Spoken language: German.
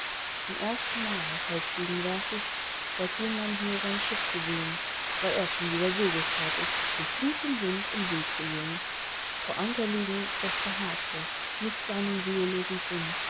zum ersten mal heut gegenwärtig seitdem man hier sein schiff gesehn war er schon wieder segelfertig mit gutem wind in see zu gehn vor anker liegen das behagte nicht seinem ruhelosen sinn